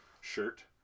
shirt